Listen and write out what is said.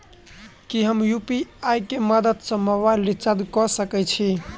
की हम यु.पी.आई केँ मदद सँ मोबाइल रीचार्ज कऽ सकैत छी?